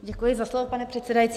Děkuji za slovo, pane předsedající.